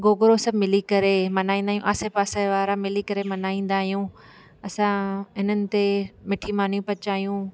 गोगिड़ो सभु मिली करे मल्हाईंदा आहियूं आसे पासे वारा मिली करे मल्हाईंदा आहियूं असां इन्हनि ते मीठी मानी पचायूं